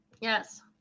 Yes